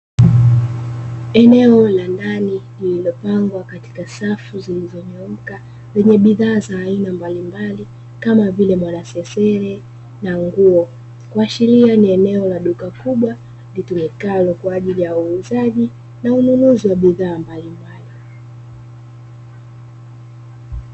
Eneo la ndani lililopangwa katika safu zilizonyooka zenye bidhaa za aina mbalimbali kama vile mwanasesere na nguo, kuashiria ni eneo la duka kubwa litumikalo kwa ajili ya uuzaji na ununuzi wa bidhaa mbalimbali.